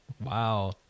wow